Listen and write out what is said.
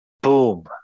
Boom